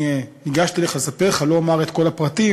אני ניגשתי אליך לספר לך, לא אומר את כל הפרטים,